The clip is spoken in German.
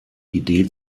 idee